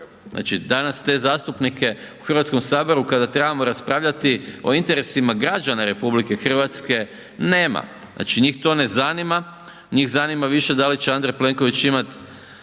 Znači danas te zastupnike u Hrvatskom saboru kada trebamo raspravljati o interesima građana RH nema, znači njih to ne zanima. Njih zanima više da li će Andrej Plenković imat